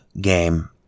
game